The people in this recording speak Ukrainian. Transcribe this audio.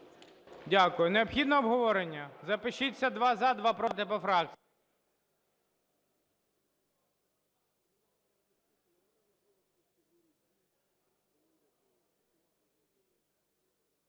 Дякую. Необхідне обговорення? Запишіться два – за, два – проти по фракціях.